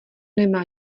nemá